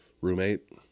Roommate